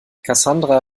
cassandra